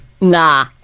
Nah